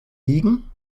wiegen